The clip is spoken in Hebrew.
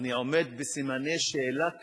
אני עומד בסימני שאלה קשים,